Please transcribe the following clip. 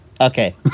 Okay